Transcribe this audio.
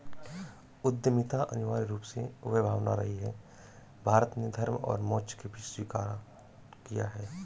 उद्यमिता अनिवार्य रूप से वह भावना रही है, भारत ने धर्म और मोक्ष के बीच स्वीकार किया है